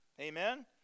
Amen